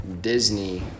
Disney